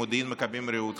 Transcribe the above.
מודיעין-מכבים-רעות,